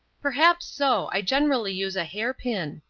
perhaps so i generally use a hair pin.